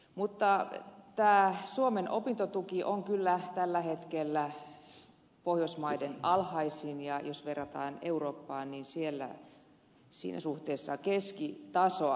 mutta tämä suomen opintotuki on kyllä tällä hetkellä pohjoismaiden alhaisin ja jos verrataan eurooppaan niin siinä suhteessa se on keskitasoa